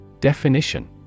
Definition